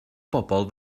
bobl